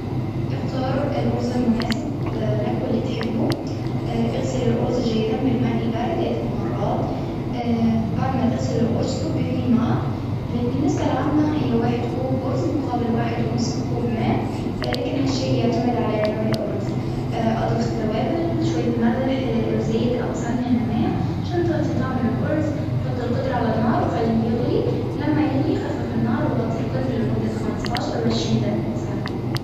إختار الأرز المناسب لك واللي تحبه، أغسل الأرز جيدا بالماء البارد عدة مرات، بعد ما تغسل القرص تصب فيه ماء النسبة العامة هي واحد كوب أرز مقابل واحد ونصف كوب ماء، لكن هالشيء يعتمد على نوع الأرز. أضف التوابل شوية ملح أو سمن للماء عشان تعطي طعم للأرز، حطي القدرة على النار وخليه يغلي، لما يغلي خفف النار وغطي القدر لمدة خمسة عشر أو عشرين دق-ثانية.